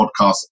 podcast